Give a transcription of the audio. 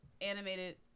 animated